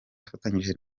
afatanyije